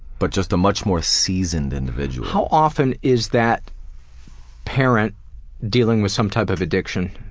but just a much more seasoned individual. how often is that parent dealing with some type of addiction?